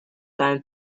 time